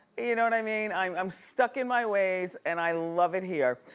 you know what i mean? i'm i'm stuck in my ways and i love it here.